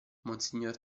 monsignor